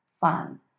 fun